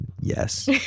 yes